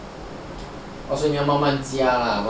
orh 所以你要慢慢加 lah